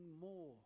more